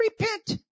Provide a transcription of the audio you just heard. Repent